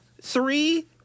three